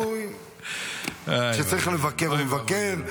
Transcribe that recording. כשצריך לבקר הוא מבקר,